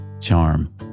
charm